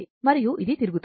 మరియు ఇది తిరుగుతోంది